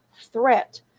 threat